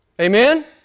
Amen